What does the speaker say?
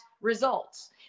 results